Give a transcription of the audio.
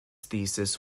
thesis